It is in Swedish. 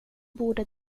borde